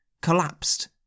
collapsed